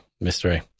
mystery